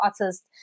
artist